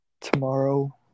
tomorrow